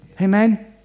Amen